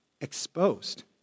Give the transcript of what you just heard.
Exposed